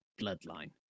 bloodline